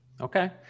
Okay